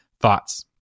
thoughts